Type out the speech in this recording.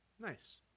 Nice